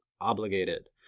obligated